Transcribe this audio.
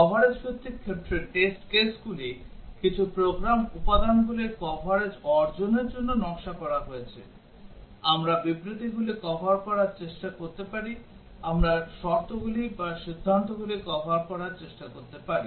coverage ভিত্তিক ক্ষেত্রে test কেসগুলি কিছু প্রোগ্রাম উপাদানগুলির কভারেজ অর্জনের জন্য নকশা করা হয়েছে আমরা বিবৃতিগুলি কভার করার চেষ্টা করতে পারি আমরা শর্তগুলি বা সিদ্ধান্তগুলি কভার করার চেষ্টা করতে পারি